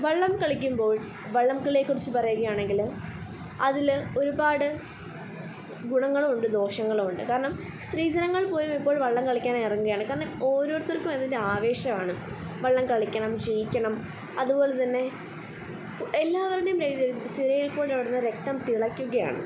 വള്ളം കളിക്കുമ്പോൾ വള്ളം കളിയെക്കുറിച്ച് പറയുകയാണെങ്കിൽ അതിൽ ഒരുപാട് ഗുണങ്ങളുമുണ്ട് ദോഷങ്ങളുമുണ്ട് കാരണം സ്ത്രീ ജനങ്ങൾ പോലുമിപ്പോൾ വള്ളം കളിക്കാനിറങ്ങുകയാണ് കാരണം ഓരോരുത്തർക്കും അതിൻ്റെ ആവേശമാണ് വള്ളം കളിക്കണം ജയിക്കണം അതുപോലെ തന്നെ എല്ലാവരുടെയും സിരയിൽ കൂടി ഓടുന്ന രക്തം തിളക്കുകയാണ്